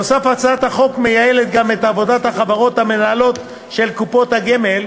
נוסף על כך הצעת החוק מייעלת גם את עבודת החברות המנהלות של קופות הגמל,